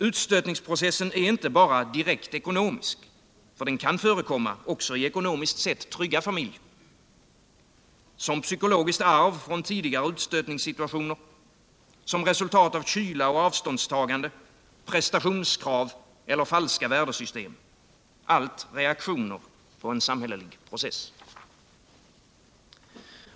Utstötningsprocessen är inte bara direkt ekonomisk — den kan förekomma även i ekonomiskt sett trygga familjer, som psykologiskt arv från tidigare utstötningssituationer, som resultat av kyla och avståndstagande, prestationskrav eller falska värdesystem — allt reaktioner på en samhällelig process.